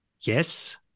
yes